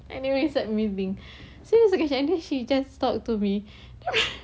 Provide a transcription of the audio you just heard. anyways it's like so macam mana she just talk to me